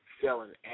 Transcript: selling